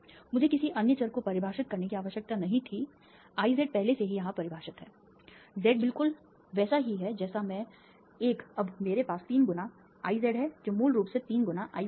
मुझे किसी अन्य चर को परिभाषित करने की आवश्यकता नहीं थी I z पहले से ही यहां परिभाषित है I z बिल्कुल वैसा ही है जैसा मैं 1 अब मेरे पास 3 गुना I z है जो मूल रूप से 3 गुना I 1 है